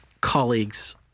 colleagues